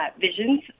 visions